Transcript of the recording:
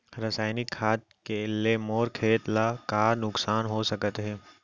रसायनिक खाद ले मोर खेत ला का नुकसान हो सकत हे?